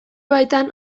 baitan